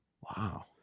Wow